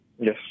Yes